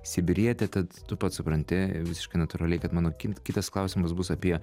sibirietė tad tu pats supranti visiškai natūraliai kad mano kitas klausimas bus apie